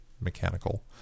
mechanical